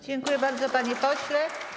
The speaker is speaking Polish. Dziękuję bardzo, panie pośle.